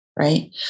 right